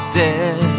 dead